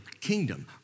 kingdom